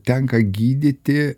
tenka gydyti